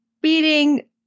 beating